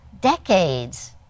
decades